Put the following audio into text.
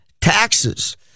taxes